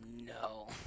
No